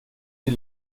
die